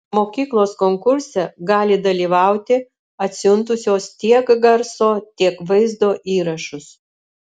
mokyklos konkurse gali dalyvauti atsiuntusios tiek garso tiek vaizdo įrašus